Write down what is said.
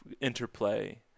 interplay